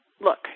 Look